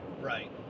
Right